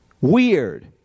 weird